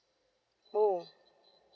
oh